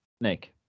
Nick